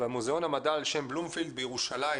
במוזיאון המדע על שם בלומפילד בירושלים,